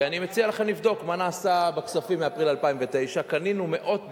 ואני מציע לכם לבדוק מה נעשה בכספים מאפריל 2009. קנינו מאות דירות.